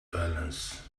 balance